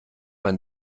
man